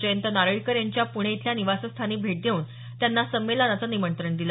जयंत नारळीकर यांच्या पुणे इथल्या निवासस्थानी भेट देऊन त्यांना संमेलनाचं निमंत्रण दिलं